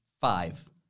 Five